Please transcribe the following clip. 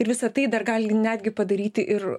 ir visa tai dar gali netgi padaryti ir